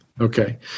Okay